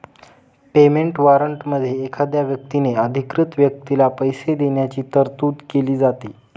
payment वॉरंटमध्ये एखाद्या व्यक्तीने अधिकृत व्यक्तीला पैसे देण्याची तरतूद केली जाते